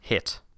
Hit